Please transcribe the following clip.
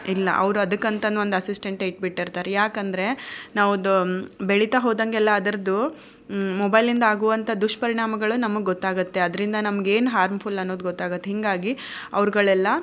ಇಲ್ಲ ಅವ್ರು ಅದಕ್ಕಂತಾನೂ ಒಂದು ಅಸಿಸ್ಟೆಂಟ್ ಇಟ್ಬಿಟ್ಟಿರ್ತಾರೆ ಯಾಕಂದರೆ ನಾವು ಒಂದು ಬೆಳೀತಾ ಹೋದಂಗೆಲ್ಲಾ ಅದರದ್ದು ಮೊಬೈಲಿಂದ ಆಗುವಂಥ ದುಷ್ಪರಿಣಾಮಗಳು ನಮಗೆ ಗೊತ್ತಾಗುತ್ತೆ ಅದರಿಂದ ನಮ್ಗೇನು ಹಾರ್ಮ್ಫುಲ್ ಅನ್ನೋದು ಗೊತ್ತಾಗುತ್ತೆ ಹೀಗಾಗಿ ಅವರುಗಳೆಲ್ಲ